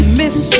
miss